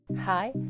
Hi